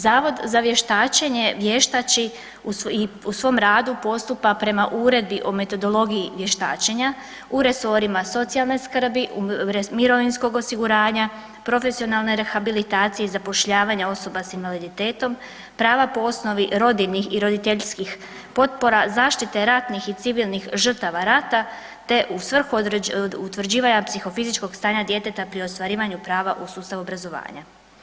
Zavod za vještačenje vještači i u svom radu postupa prema Uredbi o metodologiji vještačenja u resorima socijalne skrbi, mirovinskog osiguranja, profesionalne rehabilitacije i zapošljavanja osoba s invaliditetom, prava po osnovi rodiljnih i roditeljskih potpora, zaštite ratnih i civilnih žrtava rata te u svrhu utvrđivanja psihofizičkog stanja djeteta pri ostvarivanju prava u sustavu obrazovanja.